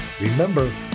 Remember